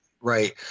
right